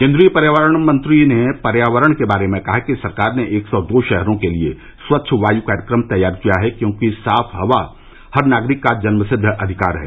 केंद्रीय मंत्री ने पर्यावरण के बारे में कहा कि सरकार ने एक सौ दो शहरों के लिए स्वच्छ वायु कार्यक्रम तैयार किया है क्योंकि साफ हवा हर नागरिक का जन्मसिद्ध अधिकार है